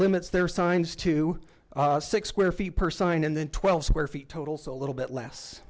limits their signs to six square feet per sign and then twelve square feet total so a little bit less